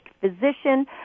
physician